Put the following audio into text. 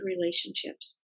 relationships